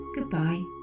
goodbye